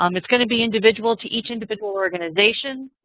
um it's going to be individual to each individual organization.